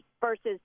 versus